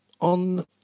on